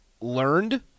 learned